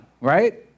right